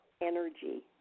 energy